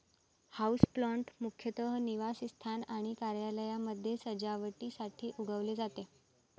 houseplant मुख्यतः निवासस्थान आणि कार्यालयांमध्ये सजावटीसाठी उगवले जाते